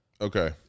Okay